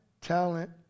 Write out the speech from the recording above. talent